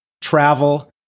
travel